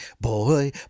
boy